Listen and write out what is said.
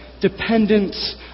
dependence